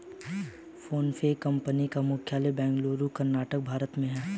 PhonePe company का मुख्यालय बेंगलुरु कर्नाटक भारत में है